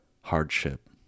hardship